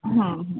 हं हं